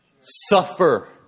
Suffer